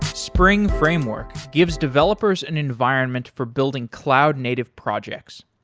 spring framework gives developers an environment for building cloud-native projects.